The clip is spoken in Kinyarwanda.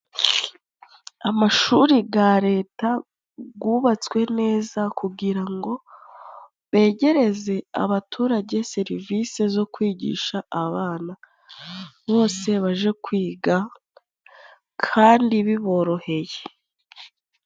Amashuri ga leta gubatswe neza kugira ngo begereze abaturage serivisi zo kwigisha abana, bose baje kwiga kandi biboroheye.